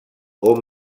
hom